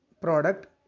product